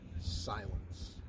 silence